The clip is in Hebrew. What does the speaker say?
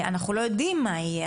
אנחנו לא יודעים מה יהיה,